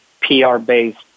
PR-based